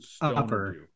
upper